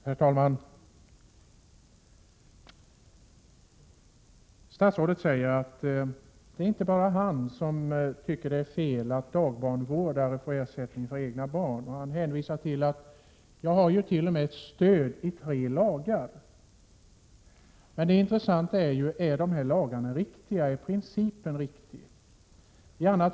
Herr talman! Statsrådet säger att det inte bara är han som tycker att det är fel att dagbarnvårdare får ersättning för egna barn, och han hänvisar till att hant.o.m. har stöd i tre lagar. Men det intressanta är ju: Är principen riktig i de här lagarna?